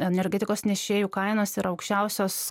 energetikos nešėjų kainos yra aukščiausios